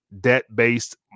debt-based